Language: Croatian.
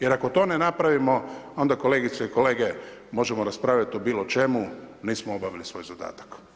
Jer ako to ne napravimo, onda kolegice i kolege možemo raspravljati o bilo čemu, mi smo obavili svoj zadatak.